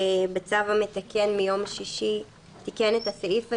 שבצו המתקן מיום שישי תיקן את הסעיף הזה,